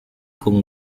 con